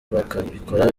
bakabikora